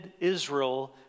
Israel